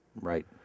Right